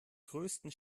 größten